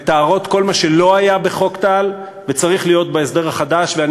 המתארות כל מה שלא היה בחוק טל וצריך להיות בהסדר החדש: